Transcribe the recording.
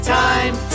time